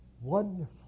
wonderful